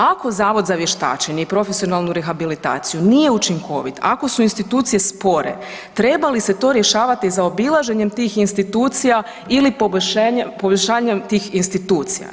Ako Zavod za vještačenje i profesionalnu rehabilitaciju nije učinkovit, ako su institucije spore, treba li se to rješavati zaobilaženjem tih institucija ili poboljšanjem tih institucija?